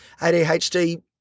ADHD